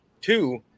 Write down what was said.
Two